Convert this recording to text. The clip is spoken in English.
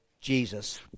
Jesus